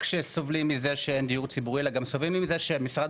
שסובלים מזה שאין דיור ציבורי אלא גם סובלים מזה שמשרד